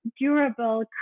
durable